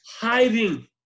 hiding